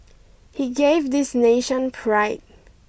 he gave this nation pride